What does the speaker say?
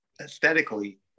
aesthetically